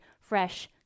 fresh